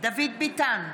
דוד ביטן,